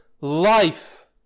life